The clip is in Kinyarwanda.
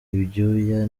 ibyuya